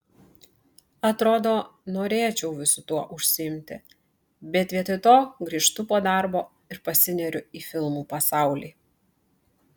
atrodo norėčiau visu tuo užsiimti bet vietoj to grįžtu po darbo ir pasineriu į filmų pasaulį